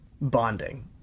bonding